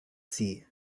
sie